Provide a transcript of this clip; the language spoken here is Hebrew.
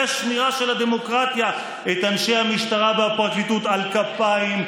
השמירה של הדמוקרטיה את אנשי המשטרה והפרקליטות על כפיים,